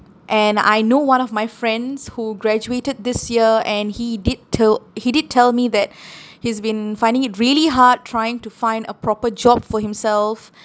and I know one of my friends who graduated this year and he did till he did tell me that he's been finding it really hard trying to find a proper job for himself